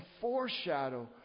foreshadow